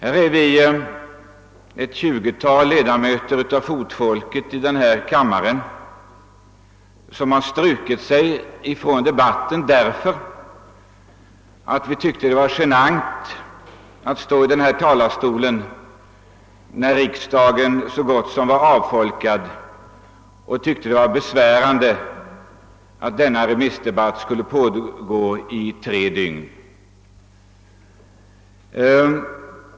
Nu är vi i denna kammare ett 20-tal ledamöter av fotfolket som har strukit sig från talarlistan därför att vi tyckte att det var genant att stå i denna talarstol när riksdagen var så gott som avfolkad. Vi ansåg att det var besvärande att remissdebatten skulle pågå i tre dygn.